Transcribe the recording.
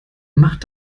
macht